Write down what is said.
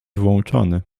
włączony